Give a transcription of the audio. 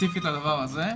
ספציפית לזה.